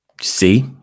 See